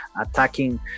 attacking